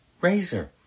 Razor